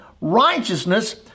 righteousness